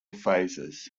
phases